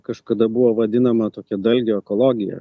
kažkada buvo vadinama tokio dalgio ekologija